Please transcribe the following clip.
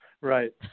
Right